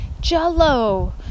jello